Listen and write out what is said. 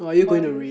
modules